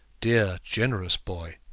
dear generous boy.